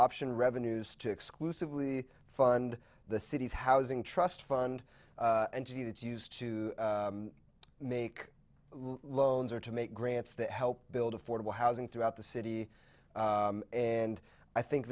option revenues to exclusively fund the city's housing trust fund and to do that used to make loans or to make grants that help build affordable housing throughout the city and i think